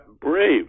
brave